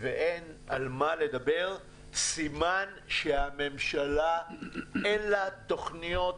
ואין על מה לדבר, סימן שלממשלה אין תוכניות